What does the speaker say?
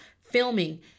filming